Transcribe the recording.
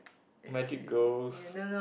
magic girls